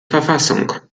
verfassung